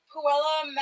Puella